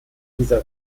dieser